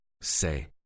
Say